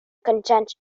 content